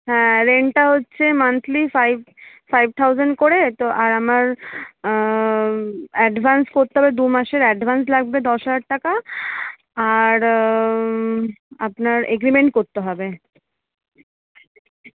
হ্যাঁ রেন্টটা হচ্ছে মান্থলি ফাইভ ফাইভ থাউসেন্ড করে তো আর আমার অ্যাডভান্স করতে হবে দু মাসের অ্যাডভান্স লাগবে দশ হাজার টাকা আর আপনার এগ্রিমেন্ট করতে হবে